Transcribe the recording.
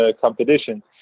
competition